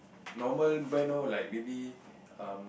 normal brand lor like maybe um